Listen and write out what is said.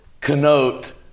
connote